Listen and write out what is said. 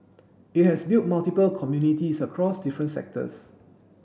it has built multiple communities across different sectors